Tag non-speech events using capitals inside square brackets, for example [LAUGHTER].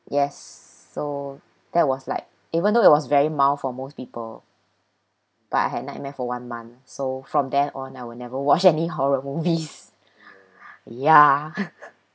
yes so that was like even though it was very mild for most people but I had nightmare for one month so from there on I will never watch [LAUGHS] any horror movies [BREATH] ya [LAUGHS]